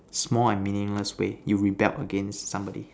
small and meaningless way you rebelled against somebody